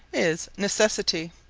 is necessity,